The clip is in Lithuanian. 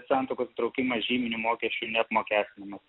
santuokos nutraukimas žyminiu mokesčiu neapmokestinamas